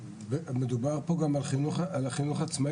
מדובר כאן על החינוך העצמאי,